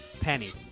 Penny